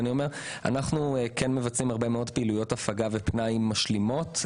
אנחנו כן מבצעים הרבה פעילויות הפגה ופנאי משלימות.